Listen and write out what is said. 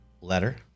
letter